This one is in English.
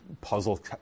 puzzle